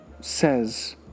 says